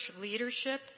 leadership